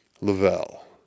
Lavelle